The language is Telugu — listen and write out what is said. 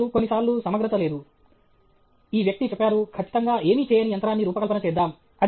మరియు కొన్నిసార్లు సమగ్రత లేదు ఈ వ్యక్తి చెప్పారు ఖచ్చితంగా ఏమీ చేయని యంత్రాన్ని రూపకల్పన చేద్దాం